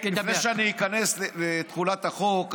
לפני שאני איכנס לתחולת החוק,